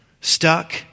stuck